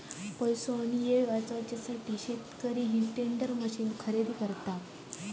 पैसो आणि येळ वाचवूसाठी शेतकरी ह्या टेंडर मशीन खरेदी करता